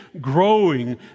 growing